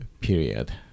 period